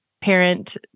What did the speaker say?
parent